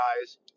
guys